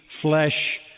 flesh